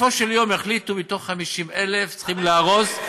ובסופו של יום יחליטו שמתוך 50,000 צריכים להרוס,